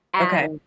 Okay